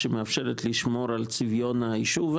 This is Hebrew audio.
שמאפשרת לשמור על צביון היישוב.